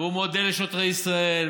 והוא מודה לשוטרי ישראל,